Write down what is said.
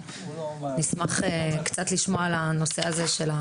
נשמח לשמוע קצת על הנושא הזה.